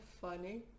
funny